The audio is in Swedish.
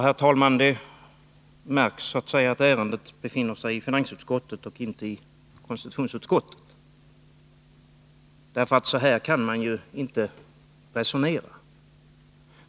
Herr talman! Det märks att ärendet behandlats i finansutskottet och inte i konstitutionsutskottet. Så här kan man ju inte resonera.